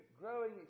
growing